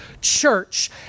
church